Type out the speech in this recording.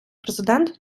президент